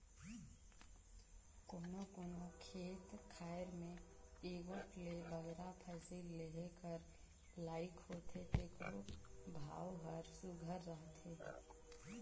कोनो कोनो खेत खाएर में एगोट ले बगरा फसिल लेहे कर लाइक होथे तेकरो भाव हर सुग्घर रहथे